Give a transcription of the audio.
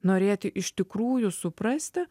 norėti iš tikrųjų suprasti